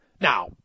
Now